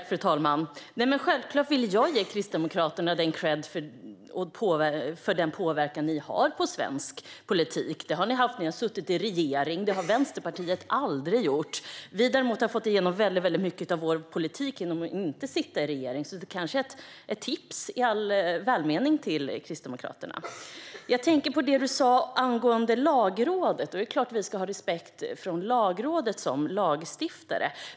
Fru talman! Jag ville självklart ge Kristdemokraterna kredd för den påverkan de har på svensk politik. Det har ni bland annat haft genom att sitta i en regering. Det har Vänsterpartiet aldrig gjort. Vi har däremot fått igenom väldigt mycket av vår politik genom att inte sitta i en regering. Det vore kanske ett tips till Kristdemokraterna i all välmening. Jag tänkte på det Andreas Carlson sa angående Lagrådet. Det är klart att vi som lagstiftare ska ha respekt för Lagrådet.